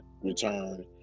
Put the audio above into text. return